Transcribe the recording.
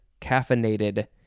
caffeinated